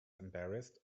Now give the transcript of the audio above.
embarrassed